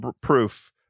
proof